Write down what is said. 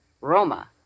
Roma